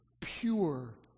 pure